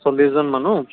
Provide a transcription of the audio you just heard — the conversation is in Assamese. চল্লিছজন মানুহ